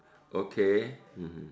okay mmhmm